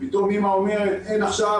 פתאום אימא אומרת אין עכשיו,